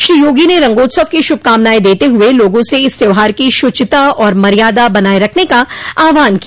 श्री योगी ने रंगोत्सव की शुभकामनाएं देते हुए लोगों से इस त्यौहार की शुचिता और मर्यादा बनाये रखने का आहवान किया